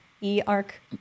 E-ARC